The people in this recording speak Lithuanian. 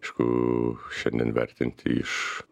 aišku šiandien vertinti iš